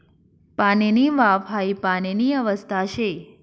पाणीनी वाफ हाई पाणीनी अवस्था शे